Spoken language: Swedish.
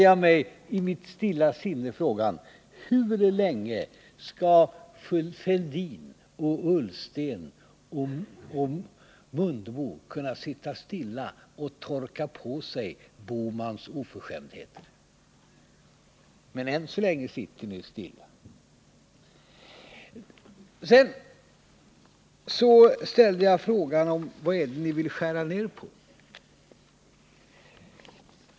Jag har i mitt stilla sinne ställt mig frågan: Hur länge skall herrar Fälldin, Ullsten och Mundebo kunna sitta stilla och torka på sig herr Bohmans oförskämdheter? Än så länge sitter de stilla. Jag ställde också frågan vad det är som ni vill skära ned på.